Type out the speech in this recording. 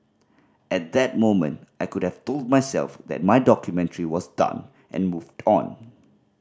at that moment I could have told myself that my documentary was done and moved on